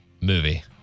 Movie